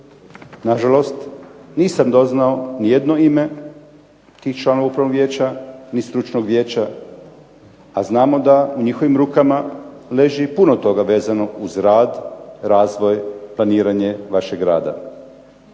Nažalost, nisam doznao nijedno ime tih članova Upravnog vijeća ni Stručnog vijeća, a znamo da u njihovim rukama leži puno toga vezano uz rad, razvoj, planiranje vašeg rada.